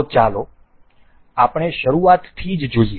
તો ચાલો આપણે શરૂઆતથી જ જોઈએ